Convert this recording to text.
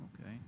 Okay